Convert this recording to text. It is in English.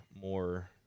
more